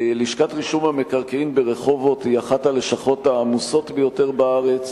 לשכת רישום המקרקעין ברחובות היא אחת הלשכות העמוסות ביותר בארץ.